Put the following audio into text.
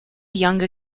younger